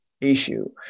issue